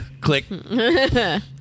Click